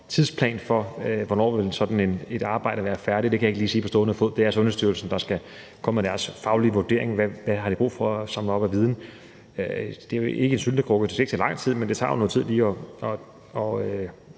tidsplan for, hvornår sådan et arbejde ville være færdigt. Det kan jeg ikke lige sige på stående fod. Det er Sundhedsstyrelsen, der skal komme med deres faglige vurdering, i forhold til hvad de har brug for at samle op af viden. Det er jo ikke en syltekrukke – det skal ikke tage lang tid – men det tager jo noget tid lige at